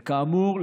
וכאמור,